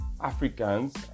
africans